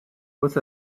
with